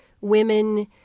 women